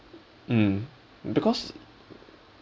mm because